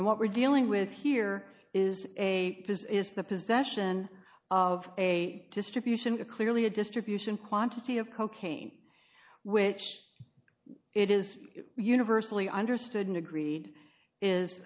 and what we're dealing with here is a the possession of a distribution clearly a distribution quantity of cocaine which it is universally understood and agreed is